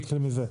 נתחיל מזה.